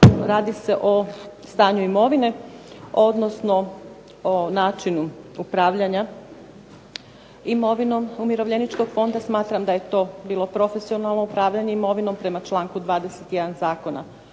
radi se o stanju imovine, odnosno o načinu upravljanja imovinom Umirovljeničkog fonda. Smatram da je to bilo profesionalno upravljanje imovinom prema članku 21. Zakona